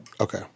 Okay